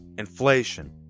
Inflation